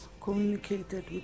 communicated